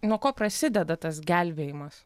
nuo ko prasideda tas gelbėjimas